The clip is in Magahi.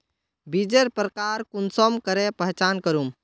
बीजेर प्रकार कुंसम करे पहचान करूम?